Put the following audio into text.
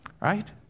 right